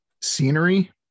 scenery